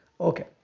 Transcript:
Okay